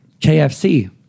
KFC